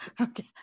Okay